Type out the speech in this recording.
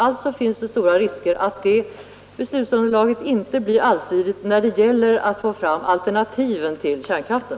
Det finns därmed stora risker för att detta beslutsunderlag inte blir allsidigt när det gäller att få fram alternativen till kärnkraften.